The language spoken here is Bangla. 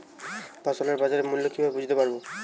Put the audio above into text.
ফসলের বাজার মূল্য কিভাবে বুঝতে পারব?